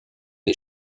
des